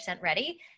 ready